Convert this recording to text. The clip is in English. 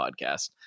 podcast